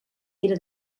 era